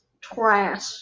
trash